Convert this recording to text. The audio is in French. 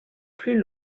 plus